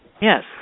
Yes